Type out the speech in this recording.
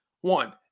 One